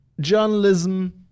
journalism